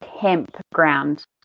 campground